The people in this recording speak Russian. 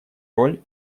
роль